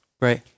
Right